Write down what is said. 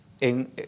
en